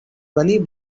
bunny